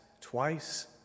twice